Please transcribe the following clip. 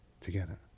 together